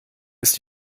ist